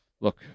look